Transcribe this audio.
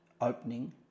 opening